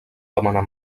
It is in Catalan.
demanar